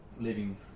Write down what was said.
living